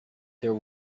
there